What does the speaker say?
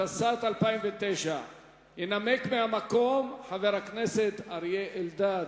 התשס"ט 2009. ינמק מהמקום חבר הכנסת אריה אלדד.